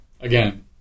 Again